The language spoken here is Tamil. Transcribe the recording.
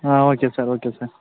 ah okay sir okay sir